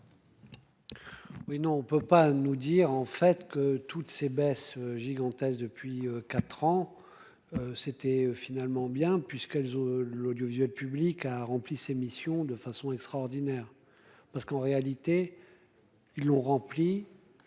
Oui, non, on ne peut pas nous dire en fait que toutes ces baisses gigantesque depuis 4 ans, c'était finalement bien puisqu'elles ont l'audiovisuel public a rempli sa mission de façon extraordinaire, parce qu'en réalité, ils l'ont rempli